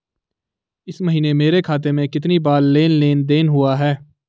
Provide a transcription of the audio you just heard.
इस महीने मेरे खाते में कितनी बार लेन लेन देन हुआ है?